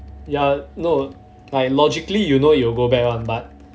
ya no but logically you know you'll go back one but